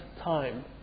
time